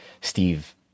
Steve